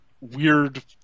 weird